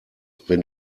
wenn